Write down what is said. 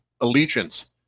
allegiance